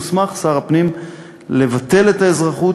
מוסמך שר הפנים לבטל את האזרחות,